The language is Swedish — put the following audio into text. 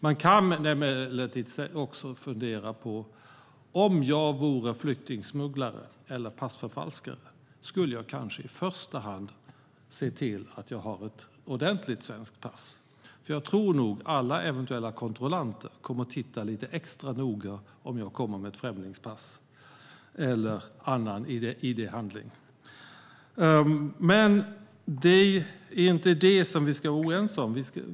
Man kan emellertid också fundera på detta: Om jag vore flyktingsmugglare eller passförfalskare skulle jag kanske i första hand se till att jag har ett ordentligt svenskt pass, för jag tror att alla eventuella kontrollanter kommer att titta lite extra noga om man kommer med ett främlingspass eller någon annan id-handling. Det är dock inte detta vi ska vara oense om.